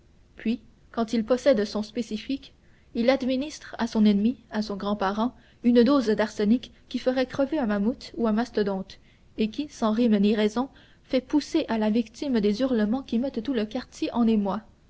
puis quand il possède son spécifique il administre à son ennemi à son grand parent une dose d'arsenic qui ferait crever un mammouth ou un mastodonte et qui sans rime ni raison fait pousser à la victime des hurlements qui mettent tout le quartier en émoi